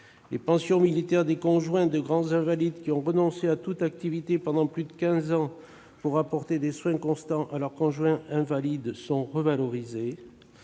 Les pensions militaires des conjoints de grands invalides qui ont renoncé à toute activité pendant plus de quinze ans pour prodiguer des soins constants à leur conjoint invalide sont revalorisées.